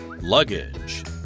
Luggage